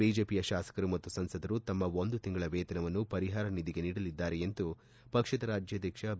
ಬಿಜೆಪಿಯ ತಾಸಕರು ಮತ್ತು ಸಂಸದರು ತಮ್ಮ ಒಂದು ತಿಂಗಳ ವೇತನವನ್ನು ಪರಿಹಾರ ನಿಧಿಗೆ ನೀಡಲಿದ್ದಾರೆ ಎಂದು ಪಕ್ಷದ ರಾಜ್ಯಾಧ್ಯಕ್ಷ ಬಿ